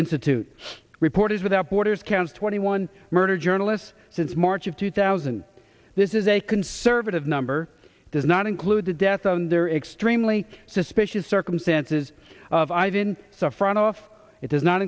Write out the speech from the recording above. institute reporters without borders counts twenty one murder journalists since march of two thousand this is a conservative number does not include the death of their extremely suspicious circumstances of i didn't suffer enough it does not